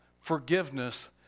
forgiveness